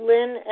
Lynn